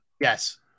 Yes